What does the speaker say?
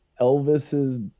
elvis's